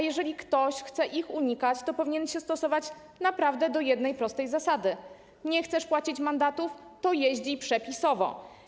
Jeżeli ktoś chce ich unikać, to powinien się stosować do jednej prostej zasady: nie chcesz płacić mandatów, jedź przepisowo.